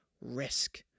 risk